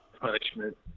punishment